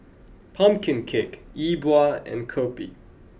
pumpkin cake yi bua and Kopi